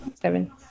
Seven